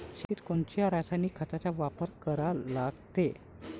शेतीत कोनच्या रासायनिक खताचा वापर करा लागते?